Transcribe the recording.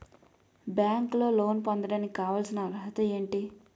బ్యాంకులో లోన్ పొందడానికి కావాల్సిన అర్హత ఏంటి?